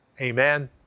amen